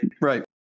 right